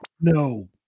No